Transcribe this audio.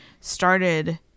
started